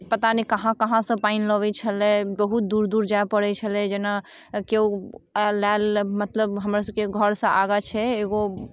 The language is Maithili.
पता नहि कहाँ कहाँसँ पानि लबै छलै बहुत दूर दूर जाय पड़ै छलै जेना केओ आयल लायल मतलब हमरसभके घरसँ आगाँ छै एगो